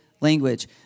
language